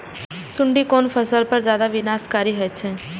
सुंडी कोन फसल पर ज्यादा विनाशकारी होई छै?